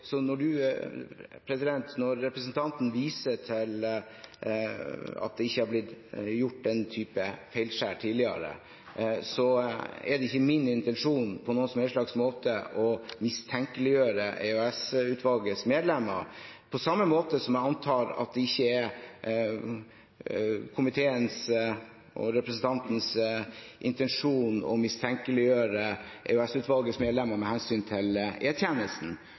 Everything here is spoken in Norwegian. så veldig viktig for ham i dag. Jeg har flere ganger gjentatt at den kontrollen som EOS-utvalget foretar, er særdeles viktig. Samtidig, når representanten viser til at det ikke har blitt gjort den type feilskjær tidligere, er det ikke på noen som helst slags måte min intensjon å mistenkeliggjøre EOS-utvalgets medlemmer – på samme måte som jeg antar at det ikke er komiteens og representantens intensjon